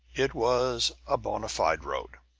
it was a bona-fide road.